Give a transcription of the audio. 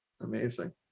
Amazing